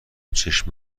چشم